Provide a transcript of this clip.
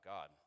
God